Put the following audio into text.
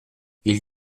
ils